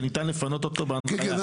שניתן לפנות אותו בהנחיה.